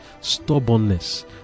Stubbornness